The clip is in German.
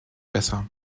besser